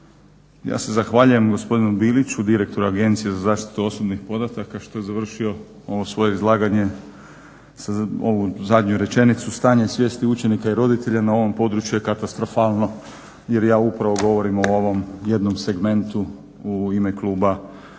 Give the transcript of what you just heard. ja se zahvaljujem gospodinu Biliću direktoru Agencije za zaštitu osobnih podataka što je završio ovo svoje izlaganje ovom zadnjom rečenicom – stanje svijesti učenika i roditelja na ovom području je katastrofalno – jer ja upravo govorim o ovom jednom segmentu u ime kluba